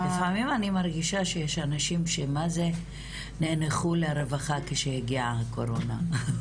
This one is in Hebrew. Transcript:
לפעמים אני מרגישה שיש אנשים שמה זה נאנחו לרווחה כשהגיעה הקורונה.